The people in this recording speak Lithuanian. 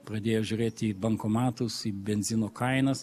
pradėjo žiūrėti į bankomatus į benzino kainas